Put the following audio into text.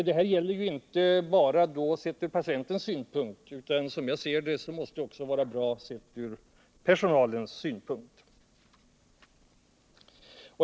Det här gäller inte bara sett från patientens synpunkt. Enligt min mening måste det också vara bra från personalens synpunkt.